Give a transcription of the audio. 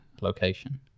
location